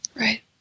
right